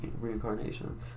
reincarnation